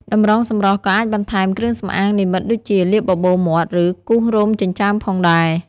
តម្រងសម្រស់ក៏អាចបន្ថែមគ្រឿងសម្អាងនិម្មិតដូចជាលាបបបូរមាត់ឬគូសរោមចិញ្ចើមផងដែរ។